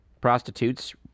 prostitutes